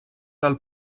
del